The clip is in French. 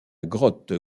grotte